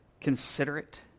considerate